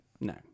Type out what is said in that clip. No